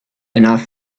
enough